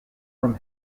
from